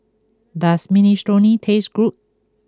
does Minestrone taste good